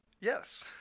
Yes